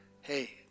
Hey